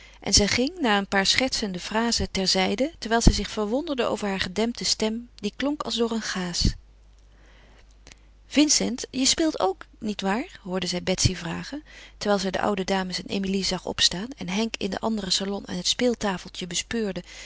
en zij ging na een paar schertsende frazen terzijde terwijl zij zich verwonderde over haar gedempte stem die klonk als door een gaas vincent je speelt ook nietwaar hoorde zij betsy vragen terwijl zij de oude dames en emilie zag opstaan en henk in den anderen salon aan het speeltafeltje bespeurde